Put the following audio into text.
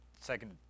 second